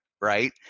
right